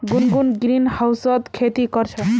गुनगुन ग्रीनहाउसत खेती कर छ